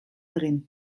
egin